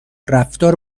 رفتار